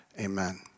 amen